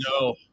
No